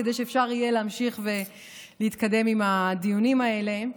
כדי שאפשר יהיה להמשיך ולהתקדם עם הדיונים האלה,